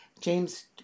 James